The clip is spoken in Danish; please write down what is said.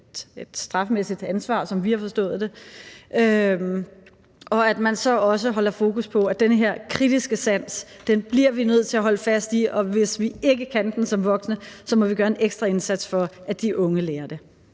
et strafmæssigt ansvar, sådan som vi har forstået det, og at man så også holder fokus på, at den her kritiske sans bliver vi nødt til at holde fast i, og hvis vi ikke har den som voksne, må vi gøre en ekstra indsats for, at de unge får den.